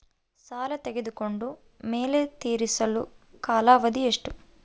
ಸಾಲ ತಗೊಂಡು ಮೇಲೆ ತೇರಿಸಲು ಕಾಲಾವಧಿ ಎಷ್ಟು?